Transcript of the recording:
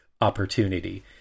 opportunity